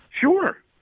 Sure